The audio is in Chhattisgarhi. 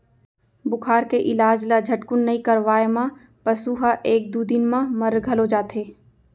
बुखार के इलाज ल झटकुन नइ करवाए म पसु ह एक दू दिन म मर घलौ जाथे